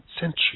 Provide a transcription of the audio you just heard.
century